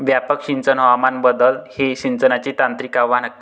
व्यापक सिंचन हवामान बदल हे सिंचनाचे तांत्रिक आव्हान आहे